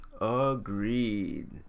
Agreed